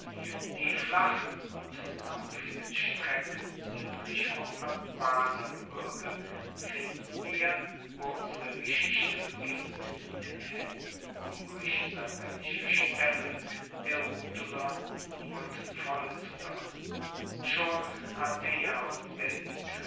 die flachen und sumpfigen strecken suedlich vom albaner gebirge finden wir wo unsere geschichte beginnt in den haenden umbrisch sabellischer staemme der rutuler und volsker schon ardea und